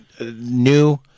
new